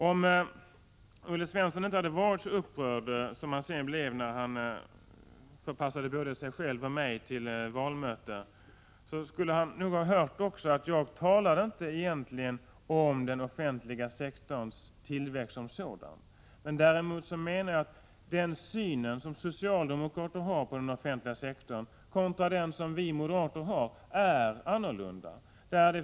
Om Olle Svensson inte hade varit så upprörd som han blev när han förpassade både sig och mig till valmöten, skulle han nog ha hört att jag egentligen inte talade om den offentliga sektorns tillväxt som sådan. Jag ville peka på att synen som socialdemokraterna har på den offentiga sektorn är annorlunda än den som vi moderater har.